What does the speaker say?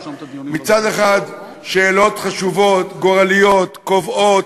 מצד אחד, שאלות חשובות, גורליות, קובעות,